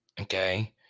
okay